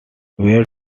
were